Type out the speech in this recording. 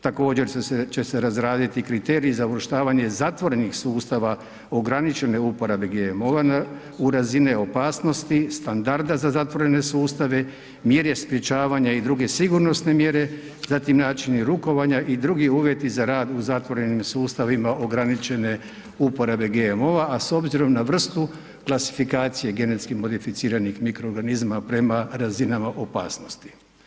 Također će se razraditi kriteriji za uvrštavanje zatvorenih sustava ograničene uporabe GMO-a u razine opasnosti, standarda za zatvorene sustave, mjere sprječavanja i druge sigurnosne mjere, zatim načini rukovanja i drugi uvjeti za rad u zatvorenim sustavima ograničene uporabe GMO-a, a s obzirom na vrstu klasifikacije genetski modificiranih mikroorganizama prema razinama opasnosti.